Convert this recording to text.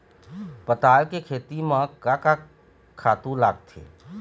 पताल के खेती म का का खातू लागथे?